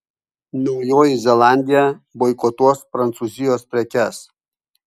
naujoji zelandija boikotuos prancūzijos prekes